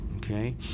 Okay